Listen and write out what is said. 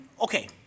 Okay